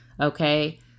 okay